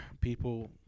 people